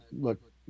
Look